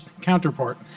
counterpart